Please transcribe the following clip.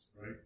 right